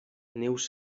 neus